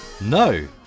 No